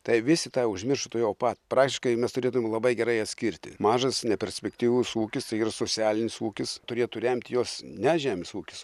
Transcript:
tai visi tą užmiršo tuojau pat praktiškai mes turėdavome labai gerai atskirti mažas neperspektyvus ūkis tai ir socialinis ūkis turėtų remti juos ne žemės ūkis